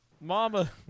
Mama